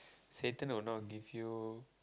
Saturn will not give you